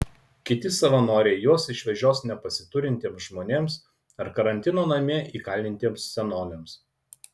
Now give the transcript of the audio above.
kiti savanoriai juos išvežios nepasiturintiems žmonėms ar karantino namie įkalintiems senoliams